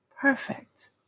Perfect